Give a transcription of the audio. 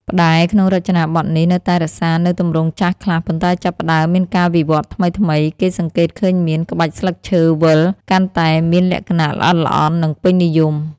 ផ្តែរក្នុងរចនាបថនេះនៅតែរក្សានូវទម្រង់ចាស់ខ្លះ ប៉ុន្តែចាប់ផ្តើមមានការវិវត្តន៍ថ្មីៗ គេសង្កេតឃើញមាន ក្បាច់ស្លឹកឈើវិល កាន់តែមានលក្ខណៈល្អិតល្អន់ និងពេញនិយម។